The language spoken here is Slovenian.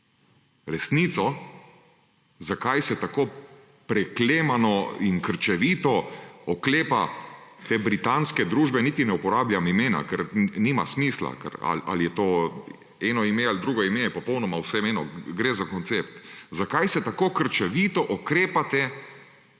resnico, zakaj se tako preklemano in krčevito oklepate britanske družbe – niti ne uporabljam imena, ker nimam smisla, ali je to eno ime ali drugo ime, je popolnoma vseeno, gre za koncept. Zakaj se tako krčevito oklepate,